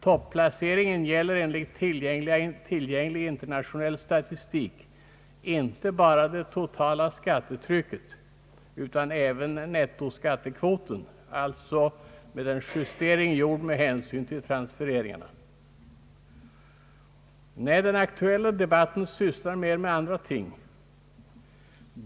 Topplaceringen gäller enligt tillgänglig internationell statistik inte bara det totala skattetrycket utan även nettoskattekvoten, alltså med en justering gjord med hänsyn till transfereringarna. Den aktuella debatten sysslar mer med andra ting.